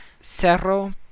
cerro